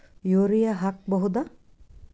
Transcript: Urea ಹಾಕ್ ಬಹುದ?